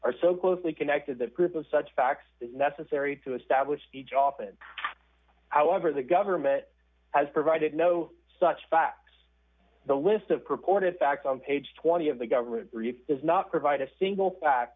are so closely connected that proof of such facts is necessary to establish speech often however the government has provided no such facts the list of purported facts on page twenty of the government does not provide a single fact